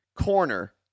corner